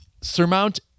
surmount